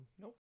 nope